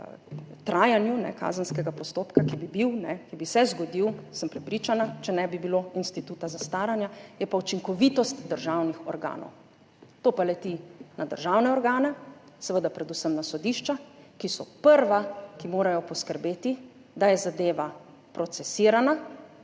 trajanju kazenskega postopka, ki bi se zgodil, sem prepričana, če ne bi bilo instituta zastaranja, je pa učinkovitost državnih organov. To pa leti na državne organe, seveda predvsem na sodišča, ki so prva, ki morajo poskrbeti, da je zadeva procesirana.